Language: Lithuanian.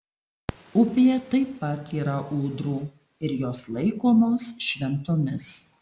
upėje taip pat yra ūdrų ir jos laikomos šventomis